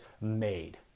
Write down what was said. made